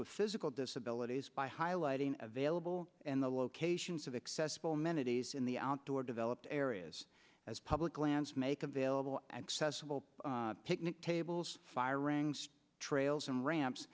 with physical disabilities by highlighting available and the locations of accessible amenities in the outdoor developed areas as public lands make available accessible picnic tables fairings trails and ramps